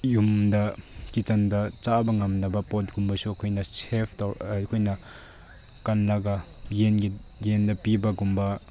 ꯌꯨꯝꯗ ꯀꯤꯆꯟꯗ ꯆꯥꯕ ꯉꯝꯗꯕ ꯄꯣꯠꯀꯨꯝꯕꯁꯨ ꯑꯩꯈꯣꯏꯅ ꯁꯦꯞ ꯑꯩꯈꯣꯏꯅ ꯀꯜꯂꯒ ꯌꯦꯟꯒꯤ ꯌꯦꯟꯗ ꯄꯤꯕꯒꯨꯝꯕ